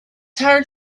heart